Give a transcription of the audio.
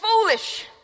foolish